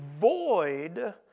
void